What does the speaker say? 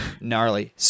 gnarly